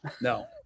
no